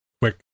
quick